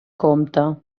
comte